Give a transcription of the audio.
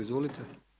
Izvolite.